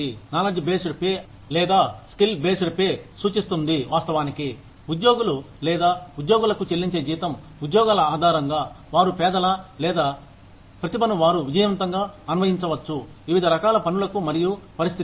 knowledge based pay లేదా skill based pay సూచిస్తుంది వాస్తవానికి ఉద్యోగులు లేదా ఉద్యోగులకు చెల్లించే జీతం ఉద్యోగాల ఆధారంగా వారు పేదల లేదా ప్రతిభను వారు విజయవంతంగా అన్వయించవచ్చు వివిధ రకాల పనులకు మరియు పరిస్థితులు